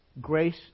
Grace